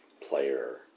player